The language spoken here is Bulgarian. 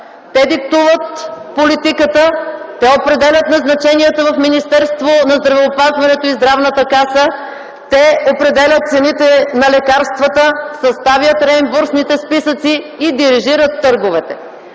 Те диктуват политиката, те определят назначенията в Министерството на здравеопазването и Здравната каса, те определят цените на лекарствата, съставят реимбурсните списъци и дирижират търговете.